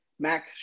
Mac